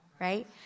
right